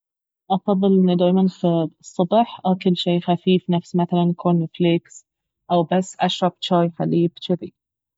افضل انه دايما في الصبح اكل شي خفيف نفس مثلا كورن فليكس او بس اشرب شاي حليب جذي